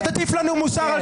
אתה תטיף לנו מוסר על